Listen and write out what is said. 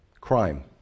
Crime